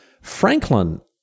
Franklin